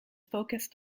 focussed